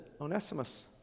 Onesimus